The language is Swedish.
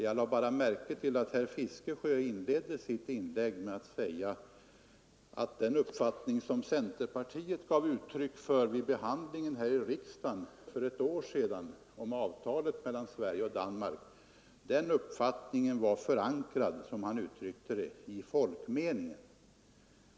Jag lade bara märke till att herr Fiskesjö inledde sitt inlägg med att säga att den uppfattning som centerpartiet för ett år sedan gav uttryck för vid behandlingen här i riksdagen om avtalet mellan Sverige och Danmark var, som han uttryckte det, förankrad i folkmeningen.